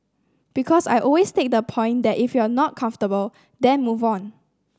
because I always take the point that if you're not comfortable then move on